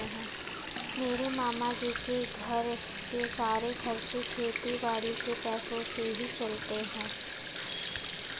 मेरे मामा जी के घर के सारे खर्चे खेती बाड़ी के पैसों से ही चलते हैं